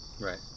Right